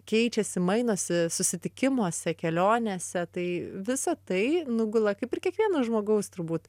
keičiasi mainosi susitikimuose kelionėse tai visa tai nugula kaip ir kiekvieno žmogaus turbūt